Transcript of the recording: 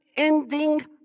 Ending